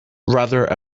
rather